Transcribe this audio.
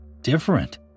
different